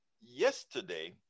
yesterday